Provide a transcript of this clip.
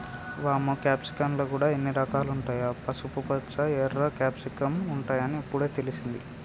వామ్మో క్యాప్సికమ్ ల గూడా ఇన్ని రకాలుంటాయా, పసుపుపచ్చ, ఎర్ర క్యాప్సికమ్ ఉంటాయని ఇప్పుడే తెలిసింది